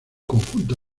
conjunto